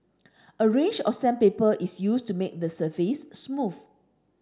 a range of sandpaper is used to make the surface smooth